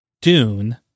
Dune